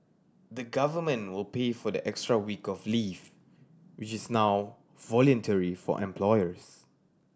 the Government will pay for the extra week of leave which is now voluntary for employers